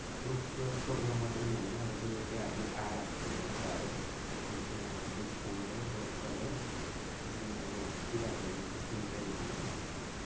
रुख टोड टोड्का बनाउनु भनेको अब त्यसले त्यो आफ्नो आहारा खोजेको हो चारो त्यसले त्यहाँ रुख ठुँगेर टोड्काबाट त्यसले अब किराहरू त्यसले निकालिखान्छ